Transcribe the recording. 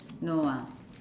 no ah